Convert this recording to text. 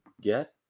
get